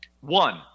one